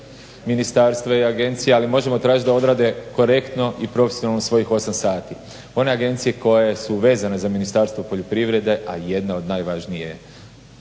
ministarstava i agencija ali možemo tražiti da odrade korektno i profesionalno svojih 8 sati. One agencije koje su vezane za Ministarstvo poljoprivrede, a jedna od najvažnijih je